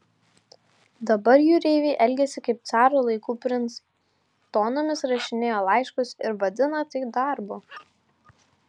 dabar jūreiviai elgiasi kaip caro laikų princai tonomis rašinėja laiškus ir vadina tai darbu